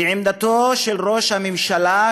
ועמדתו של ראש הממשלה,